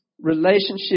relationship